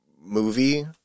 movie